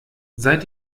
seit